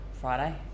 Friday